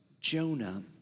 Jonah